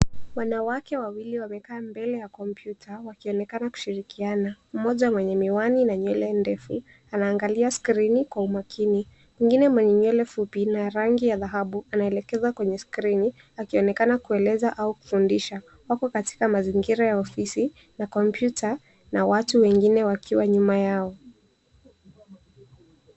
Wanawake wawili wamekaa mbele ya kompyuta, wakionekana kushirikiana. Mmoja mwenye miwani na nywele ndefu anaangalia skrini kwa umakini. Mwingine mwenye nywele fupi na rangi ya dhahabu anaelekeza kwenye skrini akionekana kueleza au kufundisha. Wako katika mazingira ya ofisi na kompyuta na watu wengine wakiwa nyuma yao.